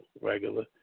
regular